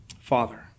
Father